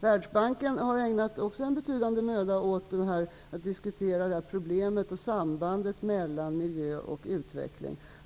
det handlar om. Världsbanken har också ägnat en betydande möda åt att diskutera problemet och sambandet mellan miljö och utveckling.